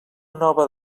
nova